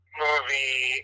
movie